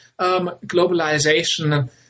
globalization